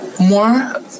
more